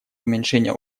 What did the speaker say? уменьшения